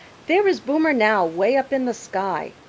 there is boomer now, way up in the sky.